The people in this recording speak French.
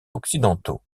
occidentaux